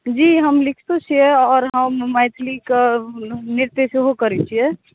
जी हम लिखितो छियै आओर हम मैथिली के नृत्य सेहो करैत छियै